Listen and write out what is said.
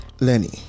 Lenny